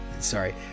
Sorry